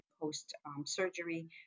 post-surgery